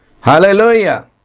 Hallelujah